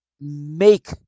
make